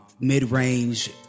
mid-range